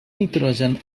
nitrogen